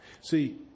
see